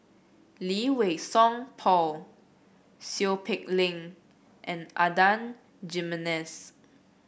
Lee Wei Song Paul Seow Peck Leng and Adan Jimenez